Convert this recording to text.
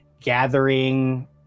gathering